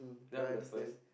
I understand